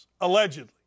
allegedly